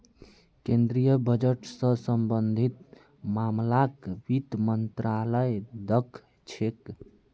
केन्द्रीय बजट स सम्बन्धित मामलाक वित्त मन्त्रालय द ख छेक